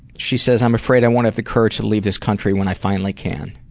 she says, i'm afraid i won't have the courage to leave this country when i finally can.